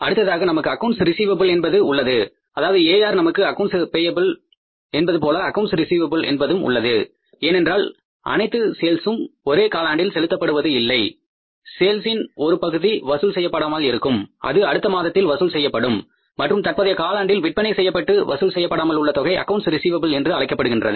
அடுத்ததாக நமக்கு accounts receivable என்பது உள்ளது அதாவது AR நமக்கு அக்கவுண்ட்ஸ் பேய்ப்பில் என்பதுபோல அக்கவுண்ட்ஸ் ரிஸீவப்பில் என்பதும் உள்ளது ஏனென்றால் அனைத்து சேல்சும் ஒரே காலாண்டில் செலுத்தப்படுவது இல்லை சேல்ஸின் ஒரு பகுதி வசூல் செய்யப்படாமல் இருக்கும் அது அடுத்த மாதத்தில் வசூல் செய்யப்படும் மற்றும் தற்போதைய காலாண்டில் விற்பனை செய்யப்பட்டு வசூல் செய்யப்படாமல் உள்ள தொகை அக்கவுண்ட்ஸ் ரிஸீவப்பில் என்று அழைக்கப்படும்